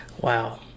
Wow